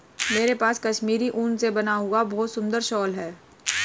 मेरे पास कश्मीरी ऊन से बना हुआ बहुत सुंदर शॉल है